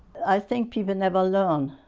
i think people never learn.